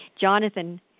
jonathan